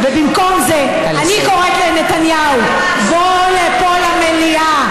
במקום זאת, אני קוראת לנתניהו: בוא לפה למליאה.